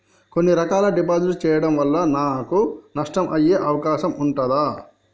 కొన్ని రకాల డిపాజిట్ చెయ్యడం వల్ల నాకు నష్టం అయ్యే అవకాశం ఉంటదా?